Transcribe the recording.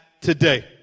today